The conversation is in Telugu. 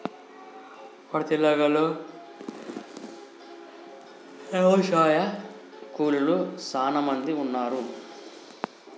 మన తెలంగాణలో యవశాయ కూలీలు సానా మంది ఉన్నారు